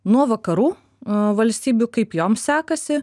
nuo vakarų valstybių kaip jom sekasi